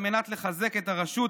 על מנת לחזק את הרשות,